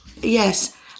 Yes